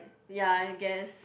ya I guess